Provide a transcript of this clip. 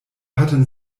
hatten